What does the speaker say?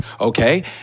Okay